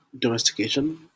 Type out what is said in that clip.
domestication